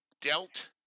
dealt